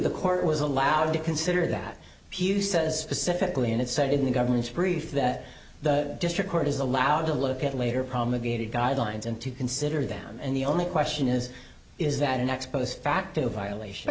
the court was allowed to consider that if you says specifically and it said in the government's brief that the district court is allowed to look at later promulgated guidelines and to consider them and the only question is is that an ex post facto violation